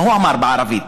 מה הוא אמר בערבית?